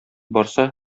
барса